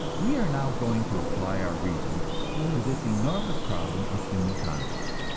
we are now going to apply our reason to this enormous problem of human conduct